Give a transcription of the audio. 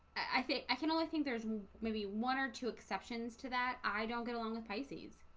i think i can only think there's maybe one or two exceptions to that i don't get along with pisces.